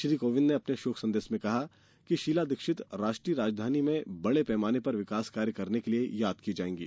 श्री कोविंद ने अपने शोक संदेश में कहा कि शीला दीक्षित राष्ट्रीय राजधानी में बड़े पैमाने पर विकास कार्य करने के लिए याद की जाएंगी